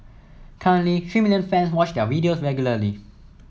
currently three million fans watch their videos regularly